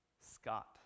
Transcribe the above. Scott